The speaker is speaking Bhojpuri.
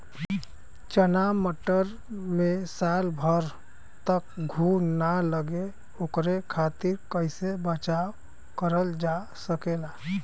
चना मटर मे साल भर तक घून ना लगे ओकरे खातीर कइसे बचाव करल जा सकेला?